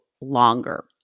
longer